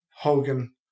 Hogan